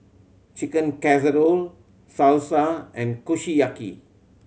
Chicken Casserole Salsa and Kushiyaki